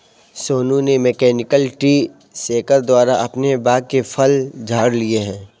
सोनू ने mechanical tree shaker द्वारा अपने बाग के फल झाड़ लिए है